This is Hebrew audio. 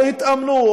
או התאמנו,